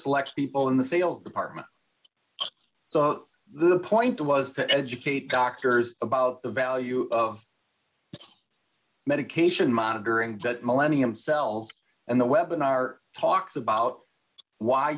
select people in the sales department so the point was that educate doctors about the value of medication monitoring that millennium cells and the web in our talks about why